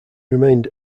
remained